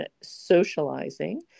socializing